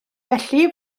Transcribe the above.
felly